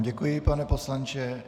Děkuji vám, pane poslanče.